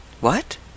What